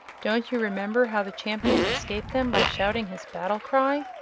don't you remember how the champion escaped them by shouting his battle-cry?